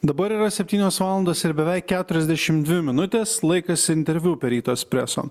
dabar yra septynios valandos ir beveik keturiasdešim dvi minutės laikas interviu per ryto espreso